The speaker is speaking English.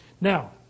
Now